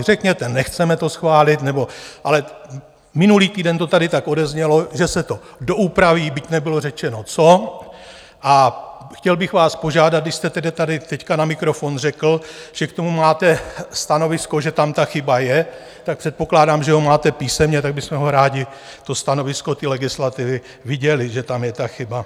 Řekněte nechceme to schválit nebo... ale minulý týden to tady tak odeznělo, že se to doupraví, byť nebylo řečeno co, a chtěl bych vás požádat, když jste tedy tady teď na mikrofon řekl, že k tomu máte stanovisko, že tam ta chyba je, tak předpokládám, že ho máte písemně, tak bychom ho rádi, to stanovisko té legislativy, viděli, že tam je ta chyba.